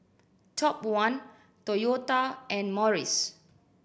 Top One Toyota and Morries